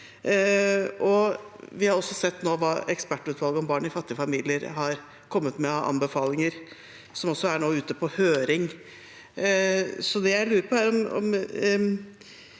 Vi har også sett hva ekspertgruppen om barn i fattige familier har kommet med av anbefalinger, og som nå er ute på høring.